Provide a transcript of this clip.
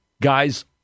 guys